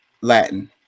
Latin